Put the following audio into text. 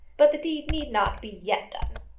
but the deed need not be yet done.